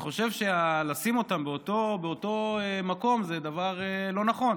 אני חושב שלשים אותם באותו מקום זה דבר לא נכון,